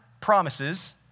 promises